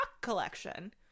collection